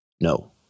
No